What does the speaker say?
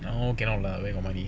now cannot lah where got money